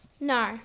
No